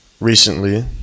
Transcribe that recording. recently